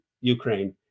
Ukraine